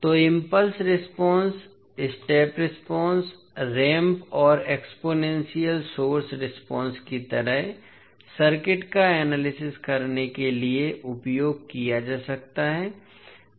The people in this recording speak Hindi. तो impulse response step response ramp और एक्सपोनेंशियल सोर्स रेस्पॉन्स की तरह सर्किट का एनालिसिस करने के लिए उपयोग किया जा सकता है